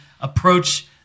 approach